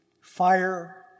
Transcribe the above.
fire